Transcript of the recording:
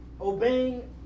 obeying